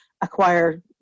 acquire